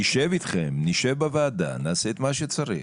נשב איתכם, נשב בוועדה, נעשה את מה שצריך